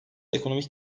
ekonomik